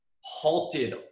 halted